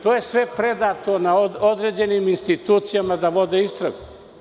To je sve predato određenim institucijama da vode istragu.